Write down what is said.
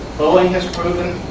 boeing has proven,